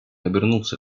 обернулся